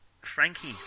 Frankie